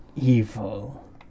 evil